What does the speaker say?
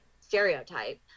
stereotype